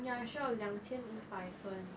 ya 需要两千五百分